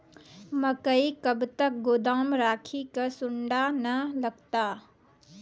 मकई कब तक गोदाम राखि की सूड़ा न लगता?